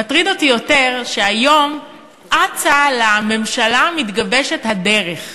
מטריד אותי יותר שהיום אצה לממשלה המתגבשת הדרך.